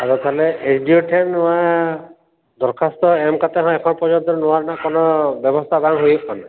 ᱟᱫᱚ ᱛᱟᱦᱚᱞᱮ S D O ᱴᱷᱮᱱ ᱱᱚᱣᱟ ᱫᱚᱨᱠᱷᱟᱥᱛᱚ ᱮᱢ ᱠᱟᱛᱮ ᱦᱚᱸ ᱮᱠᱷᱚᱱ ᱯᱚᱨᱡᱚᱱᱛᱚ ᱱᱚᱣᱟ ᱨᱮᱱᱟᱜ ᱠᱚᱱᱚ ᱵᱮᱵᱚᱥᱛᱷᱟ ᱵᱟᱝ ᱦᱩᱭᱩᱜ ᱠᱟᱱᱟ